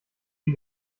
die